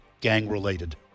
gang-related